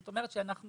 זאת אומרת שהתקנה,